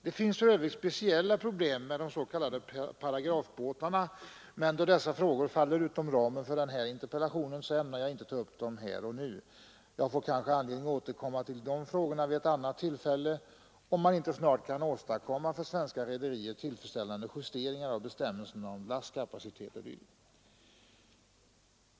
Det finns för övrigt speciella problem bl.a. med de s.k. paragrafbåtarna, men då dessa frågor faller utom ramen för denna interpellation ämnar jag ej ta upp dem här och nu. Jag får kanske anledning återkomma till de frågorna vid ett annat tillfälle, om man inte snart kan åstadkomma för svenska rederier tillfredsställande justeringar av bestämmelserna om lastkapacitet o. d.